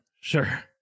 sure